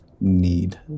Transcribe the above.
need